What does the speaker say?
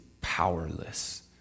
powerless